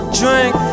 drink